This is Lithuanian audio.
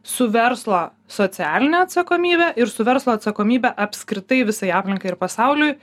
su verslo socialine atsakomybe ir su verslo atsakomybe apskritai visai aplinkai ir pasauliui